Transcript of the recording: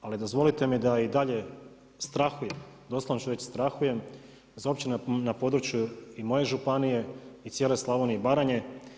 Ali dozvolite mi da i dalje strahujem, doslovno ću reći strahujem da se općine na području i moje županije i cijele Slavonije i Baranje.